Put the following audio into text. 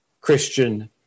Christian